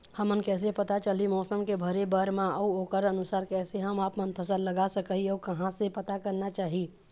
हमन कैसे पता चलही मौसम के भरे बर मा अउ ओकर अनुसार कैसे हम आपमन फसल लगा सकही अउ कहां से पता करना चाही?